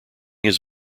his